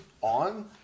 on